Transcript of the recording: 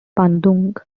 bandung